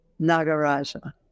Nagaraja